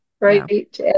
right